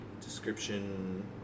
description